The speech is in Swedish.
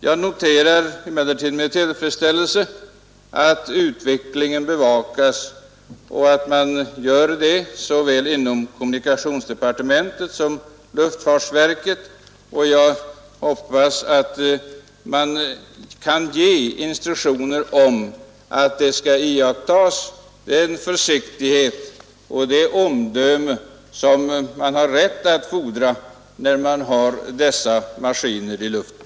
Jag noterar emellertid med tillfredsställelse att utvecklingen bevakas såväl inom kommunikationsäepartementet som i luftfartsverket, och jag hoppas att man så småningom kan utfärda instruktioner om att det skall iakttas den försiktighet och det omdöme som man har rätt att fordra när dessa maskiner är i luften.